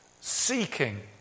seeking